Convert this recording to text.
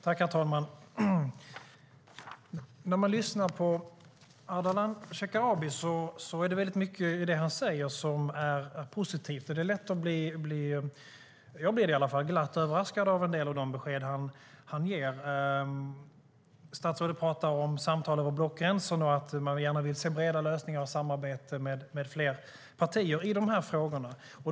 Herr talman! När man lyssnar på Ardalan Shekarabi är det mycket i det han säger som är positivt, och det är lätt att bli - jag blir det i alla fall - glatt överraskad av en del av de besked han ger. Statsrådet pratar om samtal över blockgränsen och att man gärna vill se breda lösningar och samarbete med fler partier i dessa frågor.